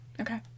okay